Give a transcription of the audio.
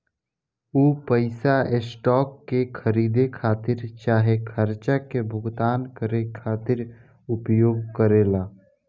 उ पइसा स्टॉक के खरीदे खातिर चाहे खर्चा के भुगतान करे खातिर उपयोग करेला